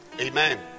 Amen